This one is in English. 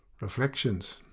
Reflections